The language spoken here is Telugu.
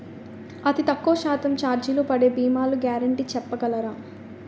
అతి తక్కువ శాతం ఛార్జీలు పడే భీమాలు గ్యారంటీ చెప్పగలరా?